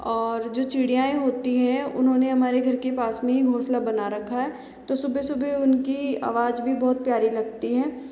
और जो चिड़ियाएँ होती है उन्होंने हमारे घर के पास मे ही घोंसला बना रखा है तो सुबह सुबह उनकी आवाज भी बहुत प्यारी लगती है